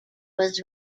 was